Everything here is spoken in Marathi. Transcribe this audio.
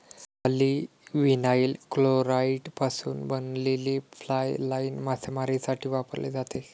पॉलीविनाइल क्लोराईडपासून बनवलेली फ्लाय लाइन मासेमारीसाठी वापरली जाते